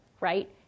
right